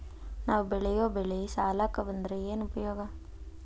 ನಾವ್ ಬೆಳೆಯೊ ಬೆಳಿ ಸಾಲಕ ಬಂದ್ರ ಏನ್ ಉಪಯೋಗ?